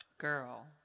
girl